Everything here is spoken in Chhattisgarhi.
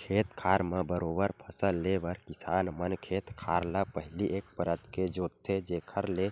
खेत खार म बरोबर फसल ले बर किसान मन खेत खार ल पहिली एक परत के जोंतथे जेखर ले